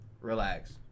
relax